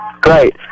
Great